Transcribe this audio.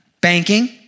Banking